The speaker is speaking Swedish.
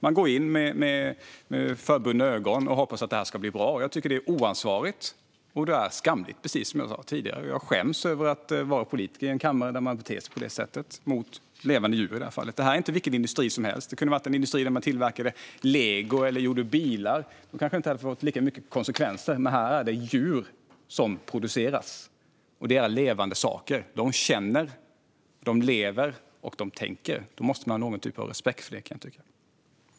Man går in med förbundna ögon och hoppas att det ska bli bra. Det är oansvarigt och skamligt. Jag skäms över att vara politiker i en kammare där man beter sig på det sättet mot levande djur. Det är inte fråga om vilken industri som helst. Det kunde ha varit fråga om industri där man tillverkar lego eller bilar - det kanske inte hade fått lika stora konsekvenser - men här är det djur som produceras. De är levande saker - de känner, lever och tänker - och det måste man ha någon typ av respekt för.